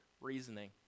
reasoning